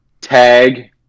tag